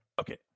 Okay